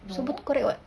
so bet~ correct [what]